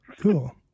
Cool